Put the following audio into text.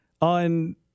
on